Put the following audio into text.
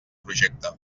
projecte